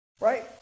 right